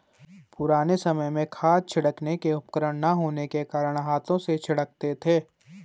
पुराने समय में खाद छिड़कने के उपकरण ना होने के कारण हाथों से छिड़कते थे